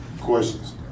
Questions